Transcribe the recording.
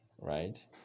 right